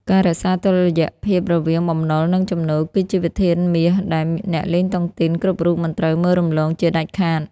ការរក្សាតុល្យភាពរវាង "បំណុល និងចំណូល" គឺជាវិធានមាសដែលអ្នកលេងតុងទីនគ្រប់រូបមិនត្រូវមើលរំលងជាដាច់ខាត។